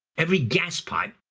every gas pipe,